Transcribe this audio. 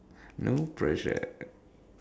no pressure